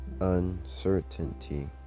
uncertainty